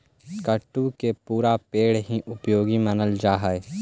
कुट्टू के पुरा पेड़ हीं उपयोगी मानल जा हई